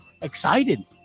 excited